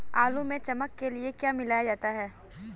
आलू में चमक के लिए क्या मिलाया जाता है?